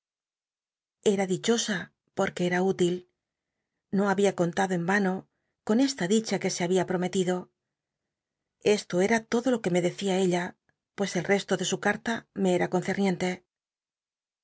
era dichosa porr ue cr en ano con esta dicha que se había prometido esto era todo lo que me decía de ella pues el resto de su carla me cra concernien